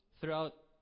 throughout